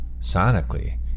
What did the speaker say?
sonically